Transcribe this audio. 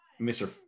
Mr